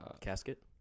casket